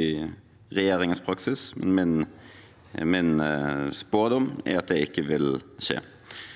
i regjeringens praksis. Min spådom er at det ikke vil skje.